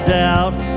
doubt